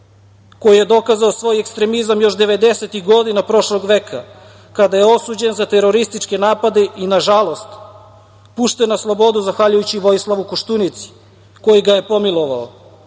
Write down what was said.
koji je dokazao svoj ekstremizam još 90-ih godina prošlog veka, kada je osuđen za terorističke napade i na žalost, pušten na slobodu, zahvaljujući Vojislavu Koštunici, koji ga je pomilovao. Ukinuo